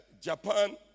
Japan